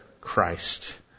Christ